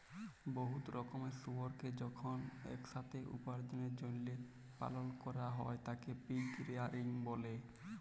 বহুত রকমের শুয়রকে যখল ইকসাথে উপার্জলের জ্যলহে পালল ক্যরা হ্যয় তাকে পিগ রেয়ারিং ব্যলে